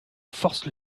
force